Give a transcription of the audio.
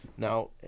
Now